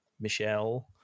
michelle